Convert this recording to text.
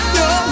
no